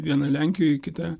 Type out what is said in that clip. viena lenkijoj kita